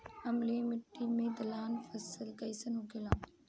अम्लीय मिट्टी मे दलहन फसल कइसन होखेला?